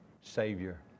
Savior